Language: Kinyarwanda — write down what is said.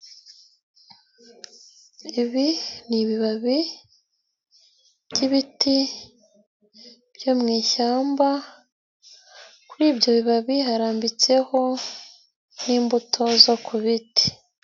Ibi ni ibibabi by'ibiti byo mu ishyamba, kuri ibyo bibabi harambitseho n'imbuto zo ku biti.